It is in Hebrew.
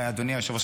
אדוני היושב-ראש,